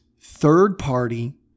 third-party